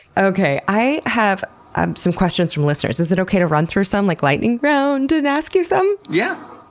okay. i have ah some questions from listeners. is it okay to run through some like lightning round and ask you some? yeah.